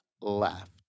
left